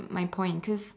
my point just